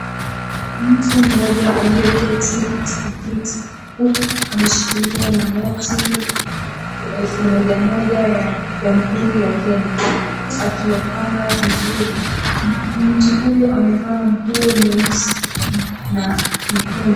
Mtu mmoja aliyeketi katika kiti huku ameshikilia manoti ya elfu moja moja ya Jamhuri ya Kenya, huku akiyapanga vizuri. Mtu huyo amevaa nguo nyeusi na nyekundu.